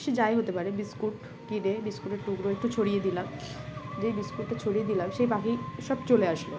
সে যাই হতে পারে বিস্কুট কিনে বিস্কুটের টুকরো একটু ছড়িয়ে দিলাম যেই বিস্কুটটা ছড়িয়ে দিলাম সেই পাখি সব চলে আসলো